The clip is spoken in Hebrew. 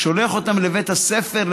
שולח אותם לבית הספר,